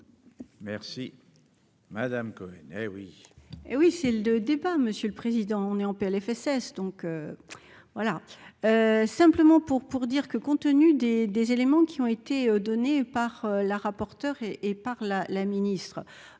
Merci madame Cohen